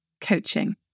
coaching